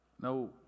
No